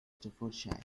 staffordshire